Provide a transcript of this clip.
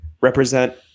represent